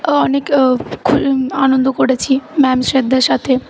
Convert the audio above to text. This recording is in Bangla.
ও অনেক আনন্দ করেছি ম্যাম স্যারদের সাথে